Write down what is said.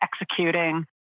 executing